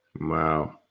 Wow